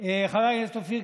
לתודעה שמי